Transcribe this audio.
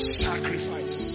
sacrifice